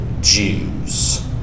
Jews